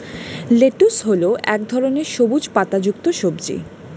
lettuce হল এক ধরনের সবুজ পাতাযুক্ত সবজি